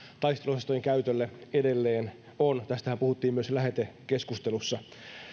taisteluosastojen käytölle edelleen on tästähän puhuttiin myös lähetekeskustelussa